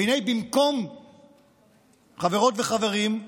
והינה, חברות וחברים,